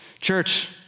church